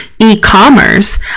e-commerce